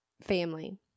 family